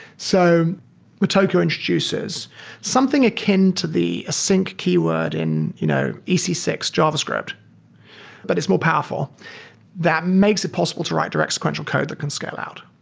so motoko introduces something akin to the async keyword in you know e c six javascript that but is more powerful that makes it possible to write direct sequential code that can scale out.